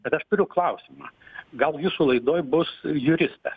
bet aš turiu klausimą gal jūsų laidoj bus juristė